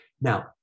Now